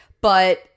but-